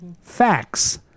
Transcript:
facts